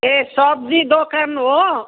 ए सब्जी दोकान हो